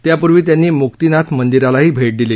त्यापूर्वी त्यांनी मुक्तिनाथ मंदिरालाही भेट दिली